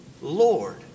Lord